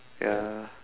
ya